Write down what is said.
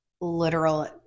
literal